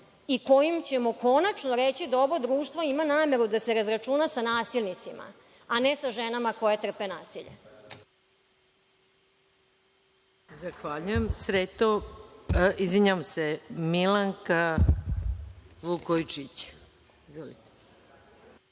i kojim ćemo konačno reći da ovo društvo ima nameru da se razračuna sa nasilnicima, a ne sa ženama koje trpe nasilje.